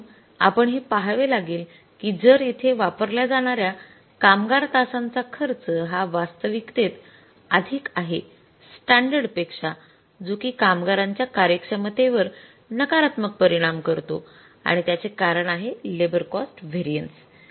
म्हणून आपण हे पहावे लागेल की जर येथे वापरल्या जाणार्या कामगार तासांचा खर्च हा वास्तविकतेत अधिक आहे स्टॅंडर्ड पेक्षा जो कि कामगारांच्या कार्यक्षमतेवर नकारात्मक परिणाम करतो आणि त्याचे कारण आहे लेबर कॉस्ट व्हेरिएन्स